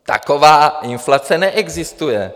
Taková inflace neexistuje.